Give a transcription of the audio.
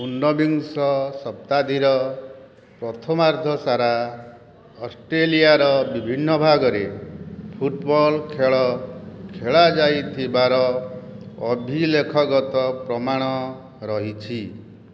ଉନବିଂଶ ଶତାବ୍ଦୀର ପ୍ରଥମାର୍ଦ୍ଧ ସାରା ଅଷ୍ଟ୍ରେଲିଆର ବିଭିନ୍ନ ଭାଗରେ ଫୁଟ୍ବଲ୍ ଖେଳ ଖେଳାଯାଉଥିବାର ଅଭିଲେଖଗତ ପ୍ରମାଣ ରହିଛି